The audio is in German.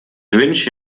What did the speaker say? wünsche